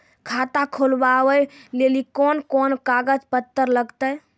खाता खोलबाबय लेली कोंन कोंन कागज पत्तर लगतै?